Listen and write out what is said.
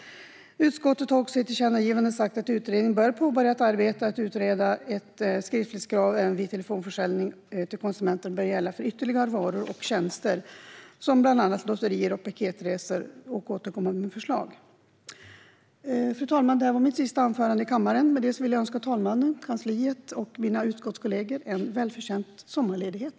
Utskottet har i ett tillkännagivande sagt att en utredning bör påbörja ett arbete för att utreda om ett skriftlighetskrav vid telefonförsäljning till konsumenter bör gälla ytterligare varor och tjänster, bland annat lotterier och paketresor. Fru talman! Det här var mitt sista anförande i kammaren. Med det vill jag önska fru talmannen, kansliet och mina utskottskollegor en välförtjänt sommarledighet.